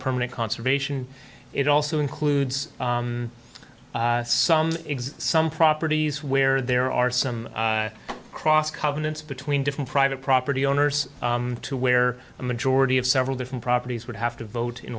permanent conservation it also includes some exist some properties where there are some cross covenants between different private property owners to where a majority of several different properties would have to vote in